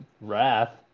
Wrath